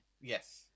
Yes